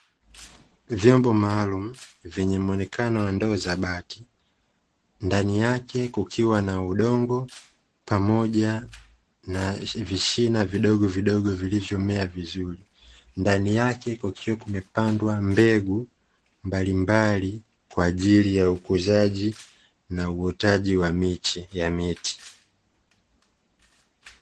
Vyombo maalumu vyenye muonekano wa ndoo za bati ndani yake, kukiwa na udongo pamoja na vishina vidogovidogo vilivyomea vizuri ndani yake kukiwa kumepandwa mbegu mbalimbali kwa ajili ya ukuzaji na uotaji wa miche.